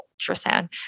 ultrasound